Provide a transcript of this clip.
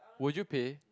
would you pay